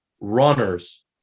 runners